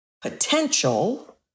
potential